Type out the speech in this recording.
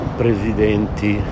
presidenti